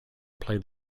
play